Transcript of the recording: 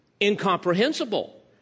incomprehensible